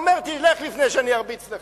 הוא אומר: תלך לפני שאני ארביץ לך.